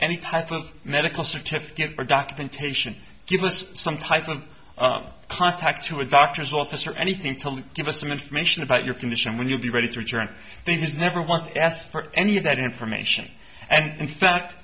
any type of medical certificate for documentation give us some type of contact to a doctor's office or anything to give us some information about your condition when you'll be ready to return he's never once asked for any of that information and in fact